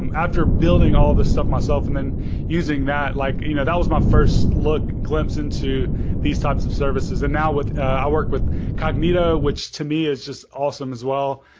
and after building all this stuff myself and then using that. like you know that was my first look, glimpse into these types of services. and now i work with cognito, which to me is just awesome as well.